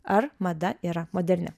ar mada yra moderni